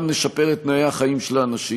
גם נשפר את תנאי החיים של האנשים,